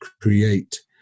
create